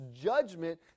judgment